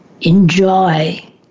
enjoy